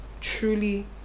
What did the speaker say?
truly